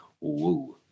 Woo